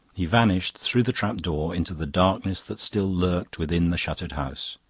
he vanished through the trap door into the darkness that still lurked within the shuttered house.